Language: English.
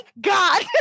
God